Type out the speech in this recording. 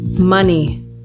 money